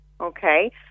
okay